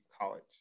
college